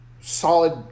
solid